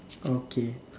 okay